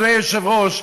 אדוני היושב-ראש,